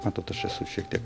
matot aš esu šiek tiek